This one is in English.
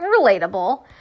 relatable